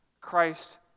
christ